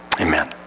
Amen